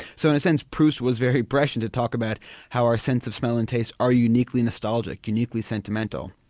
so in a sense proust was very prescient to talk about how our sense of smell and taste are uniquely nostalgic, uniquely sentimental.